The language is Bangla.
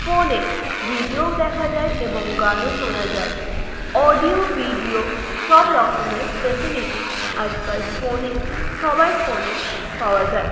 ফোনে ভিডিওও দেখা যায় এবং গানও শোনা যায় অডিও ভিডিও সব রকমের ফেসিলিটি আজকাল ফোনে সবার ফোনেই পাওয়া যায়